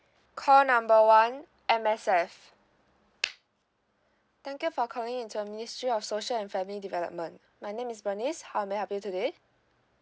call number one M_S_F thank you for calling into a ministry of social and family development my name is bernice how may I help you today